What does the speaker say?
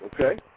Okay